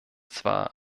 zwar